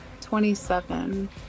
twenty-seven